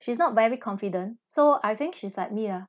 she's not very confident so I think she's like me ah